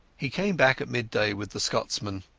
he came back at midday with the scotsman.